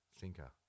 thinker